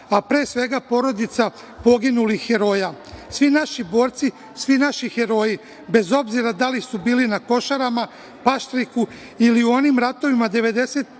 a pre svega, porodica poginulih heroja. Svi naši borci, svi naši heroji bez obzira da li su bili na Košarama, Paštriku ili u onim ratovima